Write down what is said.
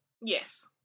Yes